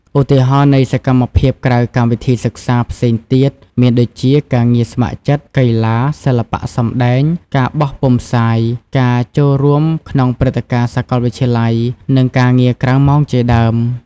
ឧទាហរណ៍នៃសកម្មភាពក្រៅកម្មវិធីសិក្សាផ្សេងទៀត មានដូចជា ការងារស្ម័គ្រចិត្ត, កីឡា, សិល្បៈសម្តែង, ការបោះពុម្ពផ្សាយ, ការចូលរួមក្នុងព្រឹត្តិការណ៍សាកលវិទ្យាល័យ, និងការងារក្រៅម៉ោងជាដើម។